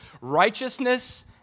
Righteousness